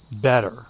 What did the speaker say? Better